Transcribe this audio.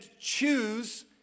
choose